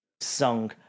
song